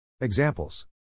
Examples